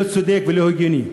לא צודקים ולא הגיוניים.